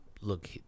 look